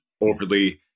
overly